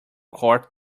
cork